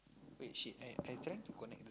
wait shit I I trying to connect to the